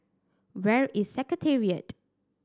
where is Secretariat